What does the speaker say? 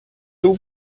flew